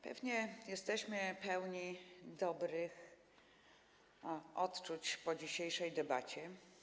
Pewnie jesteśmy pełni dobrych odczuć po dzisiejszej debacie.